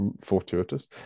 Fortuitous